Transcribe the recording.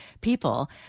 people